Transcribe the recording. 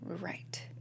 Right